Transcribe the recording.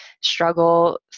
struggle